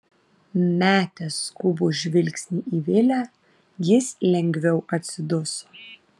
metęs skubų žvilgsnį į vilę jis lengviau atsiduso